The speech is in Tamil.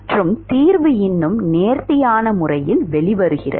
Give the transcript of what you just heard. மற்றும் தீர்வு இன்னும் நேர்த்தியான முறையில் வெளிவருகிறது